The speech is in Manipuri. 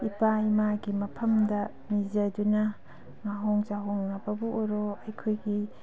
ꯏꯄꯥ ꯏꯃꯥꯒꯤ ꯃꯐꯝꯗ ꯅꯤꯖꯗꯨꯅ ꯉꯥꯍꯣꯡ ꯆꯥꯍꯣꯡꯅꯕꯕꯨ ꯑꯣꯏꯔꯣ ꯑꯩꯈꯣꯏꯒꯤ